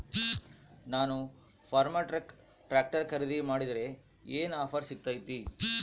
ನಾನು ಫರ್ಮ್ಟ್ರಾಕ್ ಟ್ರಾಕ್ಟರ್ ಖರೇದಿ ಮಾಡಿದ್ರೆ ಏನು ಆಫರ್ ಸಿಗ್ತೈತಿ?